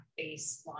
baseline